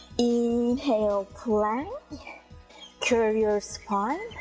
inhale, plank, yeah curve your spine,